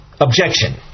objection